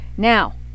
now